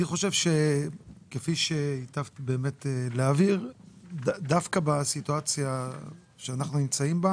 לא חשבנו שנכון לקבוע פה הגדרות מיוחדות לנציגי ציבור,